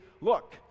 look